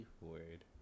word